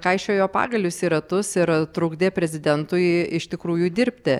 kaišiojo pagalius į ratus ir trukdė prezidentui iš tikrųjų dirbti